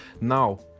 Now